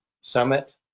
Summit